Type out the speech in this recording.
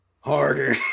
Harder